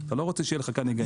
אתה לא רוצה שיהיו לך כאן נגעים.